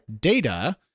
data